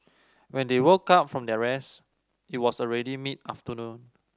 when they woke up from their rest it was already mid afternoon